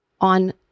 on